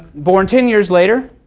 born ten years later,